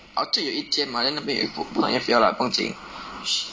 orchard 有一间 mah then 那边有衣服不懂要不要 lah 不用紧